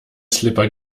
slipper